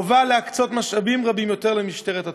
חובה להקצות משאבים רבים יותר למשטרת התנועה.